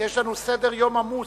כי יש לנו סדר-יום עמוס.